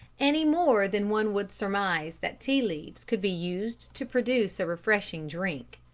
any more than one would surmise that tea-leaves could be used to produce a refreshing drink.